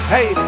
Hey